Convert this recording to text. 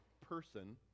person